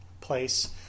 place